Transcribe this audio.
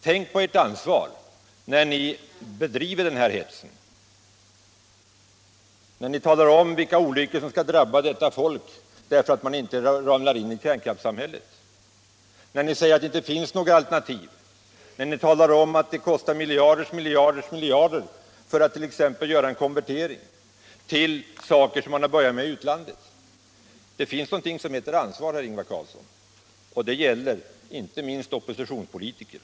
Tänk på ert ansvar när ni bedriver den här hetsen, när ni talar om vilka olyckor som skall drabba detta folk därför att man inte ramlar in i kärnkraftssamhället, när ni säger att det inte finns några alternativ, när ni talar om att det kostar miljarder och åter miljarder att t.ex. göra en konvertering av kärnkraftverk enligt metoder som man börjat använda i utlandet. Det finns någonting som heter ansvar för handlandet, herr Ingvar Carlsson, och detta gäller även oppositionspolitiker.